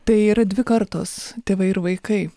tai yra dvi kartos tėvai ir vaikai